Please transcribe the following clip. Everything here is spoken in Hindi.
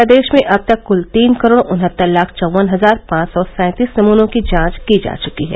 प्रदेश में अब तक कुल तीन करोड़ उनहत्तर लाख चौवन हजार पांच सौ सैंतीस नमूनों की जांच की जा चुकी है